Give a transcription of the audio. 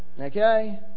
Okay